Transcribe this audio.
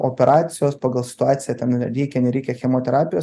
operacijos pagal situaciją ten r reikia nereikia chemoterapijos